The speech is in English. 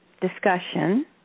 discussion